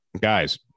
guys